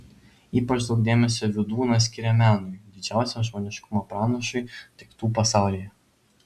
ypač daug dėmesio vydūnas skiria menui didžiausiam žmoniškumo pranašui daiktų pasaulyje